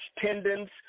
tendons